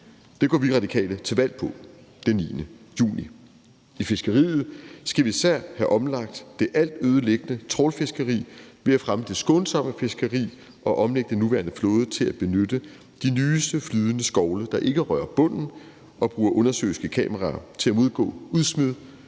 Det går vi Radikale til valg på den 9. juni. I fiskeriet skal vi især have omlagt det altødelæggende trawlfiskeri ved at fremme det skånsomme fiskeri og omlægge den nuværende flåde til at benytte de nyeste, flydende skovle, der ikke rører bunden, og bruge undersøiske kameraer til at modgå udsmid